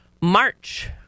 March